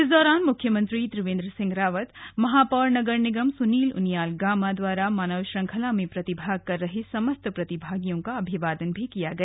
इस दौरान मुख्यमंत्री महापौर नगर निगम सुनील उनियाल गामा द्वारा मानव श्रृखंला में प्रतिभाग कर रहे समस्त प्रतिभागियों का अभिवादन किया गया